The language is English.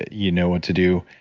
you know what to do.